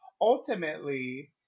ultimately